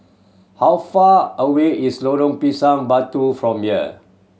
how far away is Lorong Pisang Batu from here